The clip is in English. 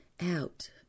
out